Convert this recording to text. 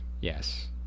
yes